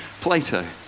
Plato